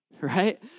Right